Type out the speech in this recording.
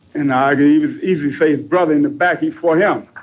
and argue it's easy for a brother in the back before yeah